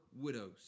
widows